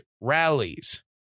rallies